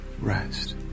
rest